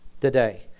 today